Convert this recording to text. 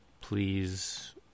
please